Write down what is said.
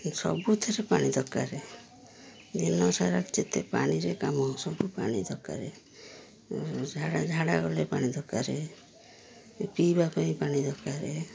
ସବୁଥିରେ ପାଣି ଦରକାର ଦିନସାରା ଯେତେ ପାଣିରେ କାମ ସବୁ ପାଣି ଦରକାର ଝା ଝାଡ଼ା ଗଲେ ପାଣି ଦରକାର ପିଇବା ପାଇଁ ପାଣି ଦରକାର